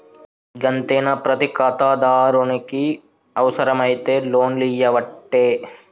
గంతేనా, ప్రతి ఖాతాదారునికి అవుసరమైతే లోన్లియ్యవట్టే